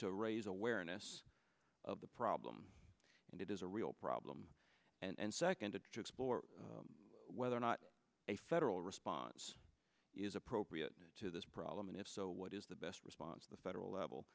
to raise awareness of the problem and it is a real problem and second to explore whether or not a federal response is appropriate to this problem and if so what is the best response the federal